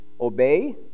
obey